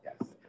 Yes